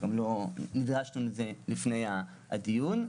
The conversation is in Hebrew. גם לא נדרשנו לזה לפני הדיון.